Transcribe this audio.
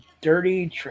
dirty